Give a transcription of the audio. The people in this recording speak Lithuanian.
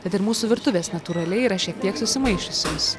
tad ir mūsų virtuvės natūraliai yra šiek tiek susimaišiusios